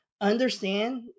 understand